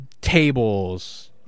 Tables